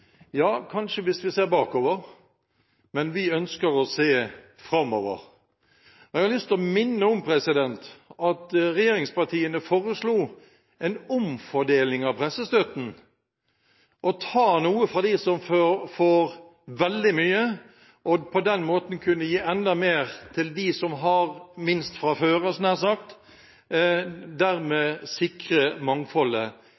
Ja, kanskje hvis vi ser bakover, men vi ønsker å se framover. Jeg har lyst til å minne om at regjeringspartiene foreslo en omfordeling av pressestøtten, å ta noe fra dem som får veldig mye, for på den måten å kunne gi enda mer til dem som har minst fra før, hadde jeg nær sagt,